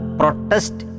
protest